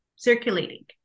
circulating